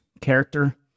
character